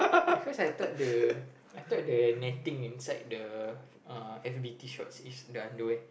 because I thought the I thought the netting inside the uh f_b_t shorts in the underwear